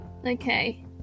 Okay